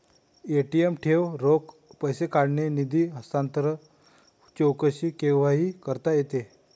ATM ठेव, रोख पैसे काढणे, निधी हस्तांतरण, चौकशी केव्हाही करता येते